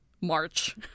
March